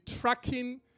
tracking